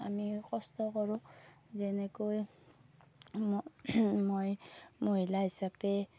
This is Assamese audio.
আমি কষ্ট কৰোঁ যেনেকৈ মই মহিলা হিচাপে